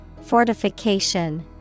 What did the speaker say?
Fortification